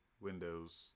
Windows